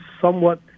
somewhat